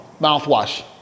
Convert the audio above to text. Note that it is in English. mouthwash